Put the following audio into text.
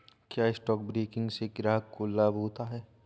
क्या stock broking से ग्राहक को लाभ होता है?